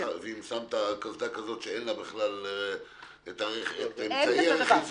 ואם שמת קסדה שאין לה בכלל את האמצעי הזה של הרכיסה?